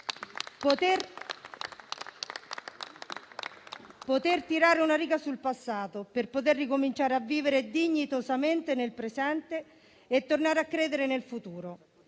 poter tirare una riga sul passato per poter ricominciare a vivere dignitosamente nel presente e tornare a credere nel futuro.